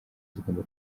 zigomba